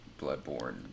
Bloodborne